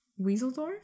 weaseldorf